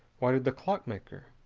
why did the clockmaker,